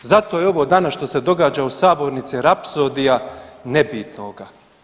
Zato je ovo danas što se događa u sabornici rapsodija nebitnoga.